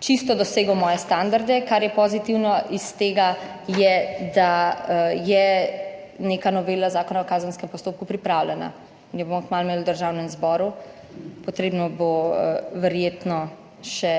povsem dosegel mojih standardov. Kar je pri tem pozitivno, je, da je neka novela Zakona o kazenskem postopku pripravljena in jo bomo kmalu imeli v Državnem zboru. Potrebno bo verjetno še